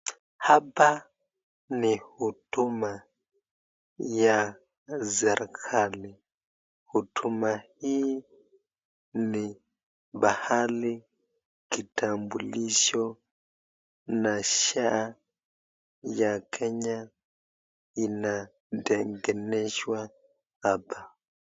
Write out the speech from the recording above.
Hapa ni huduma ya serikali, huduma hii ni pahali kitambulisho na sha ya kenya inatengenezwa hapa.